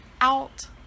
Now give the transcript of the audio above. out